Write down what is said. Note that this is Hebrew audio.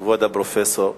כבוד הפרופסור,